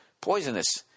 Poisonous